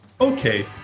okay